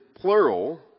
plural